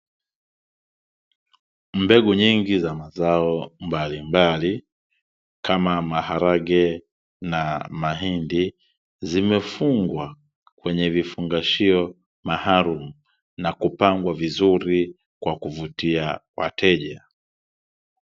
Mbegu nyingi za mazao mbalimbali kama maharage na mahindi. Zimefungwa kwenye vifungashio maalumu, na kupangwa vizuri kwa kuvutia wateja.